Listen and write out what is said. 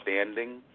understanding